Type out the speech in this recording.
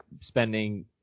spending